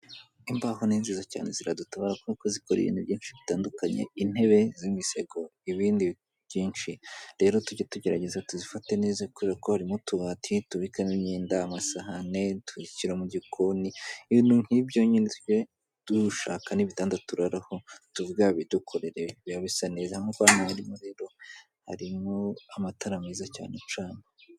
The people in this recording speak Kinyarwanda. imbaho ni nziza cyane ziradutabara, kuko kuko zikora ibintu byinshi bitandukanye, intebe z'imisego ibindi byinshi, rero tujye tugerageza tubifate neza, kubera ko harimo utubati tubikamo imyenda ,amasahane dushyira mu gikoni ibintu nk'ibyo, nyine tujye dushaka n'ibitanda turaraho, tubabwire babidukorere bibe bisa neza, nkuko rero mubibona harimwo amatara meza cyane acana.